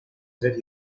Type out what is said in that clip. tres